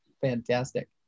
Fantastic